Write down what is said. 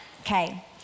Okay